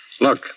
Look